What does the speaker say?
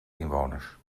inwoners